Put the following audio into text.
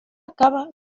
acaba